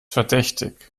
verdächtig